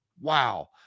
Wow